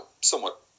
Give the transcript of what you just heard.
somewhat